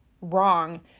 wrong